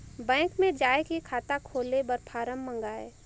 Bank मे जाय के खाता खोले बर फारम मंगाय?